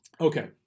Okay